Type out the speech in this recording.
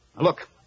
Look